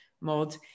mold